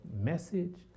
message